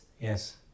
Yes